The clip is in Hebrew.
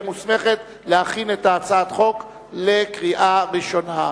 מוסמכת להכין את הצעת החוק לקריאה ראשונה.